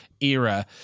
era